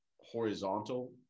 horizontal